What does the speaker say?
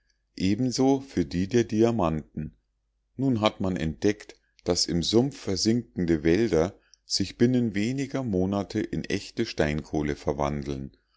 ebenso für die der diamanten nun hat man entdeckt daß im sumpf versinkende wälder sich binnen weniger monate in echte steinkohle verwandeln